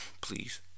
please